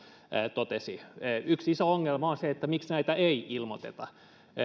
totesi yksi iso ongelma on se miksi näitä ei ilmoiteta